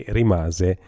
rimase